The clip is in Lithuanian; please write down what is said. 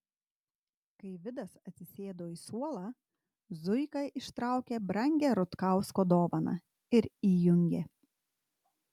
kai vidas atsisėdo į suolą zuika ištraukė brangią rutkausko dovaną ir įjungė